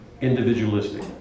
individualistic